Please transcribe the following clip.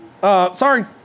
Sorry